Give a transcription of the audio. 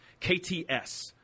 kts